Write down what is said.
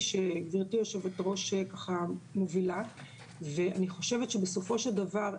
שגב' יו"ר ככה מובילה ואני חושבת שבסופו של דבר,